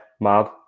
mad